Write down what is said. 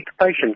patient